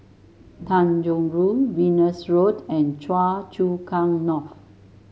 Tanjong Rhu Venus Road and Choa Chu Kang North